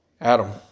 Adam